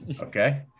Okay